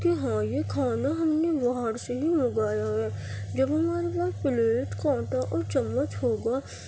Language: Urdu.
کہ ہاں یہ کھانا ہم نے باہر سے ہی منگایا ہے جب ہمارے پاس پلیٹ کانٹا اور چمچ ہوگا